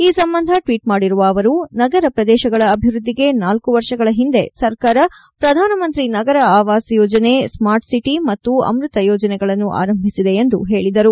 ಈ ಸಂಬಂಧ ಟ್ವೀಟ್ ಮಾಡಿರುವ ಅವರು ನಗರ ಪ್ರದೇಶಗಳ ಅಭಿವೃದ್ದಿಗೆ ನಾಲ್ಕು ವರ್ಷಗಳ ಹಿಂದೆ ಸರ್ಕಾರ ಪ್ರಧಾನಮಂತ್ರಿ ನಗರ ಆವಾಸ ಯೋಜನೆ ಸ್ಮಾರ್ಟ್ ಸಿಟಿ ಮತ್ತು ಅಮೃತ ಯೋಜನೆಗಳನ್ನು ಆರಂಭಿಸಿದೆ ಎಂದು ಹೇಳಿದರು